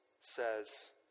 says